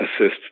assist